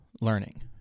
learning